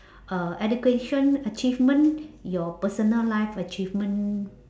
uh education achievement your personal life achievement